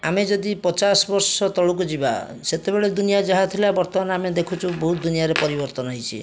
ଆମେ ଯଦି ପଚାଶବର୍ଷ ତଳକୁ ଯିବା ସେତେବେଳେ ଦୁନିଆ ଯାହା ଥିଲା ବର୍ତ୍ତମାନ ଆମେ ଦେଖୁଛୁ ବହୁତ ଦୁନିଆରେ ପରିବର୍ତ୍ତନ ହେଇଛି